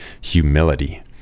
humility